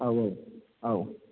औ औ औ